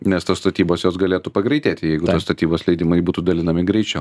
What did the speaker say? miesto statybos jos galėtų pagreitėti jeigu statybos leidimai būtų dalinami greičiau